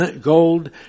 gold